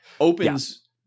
opens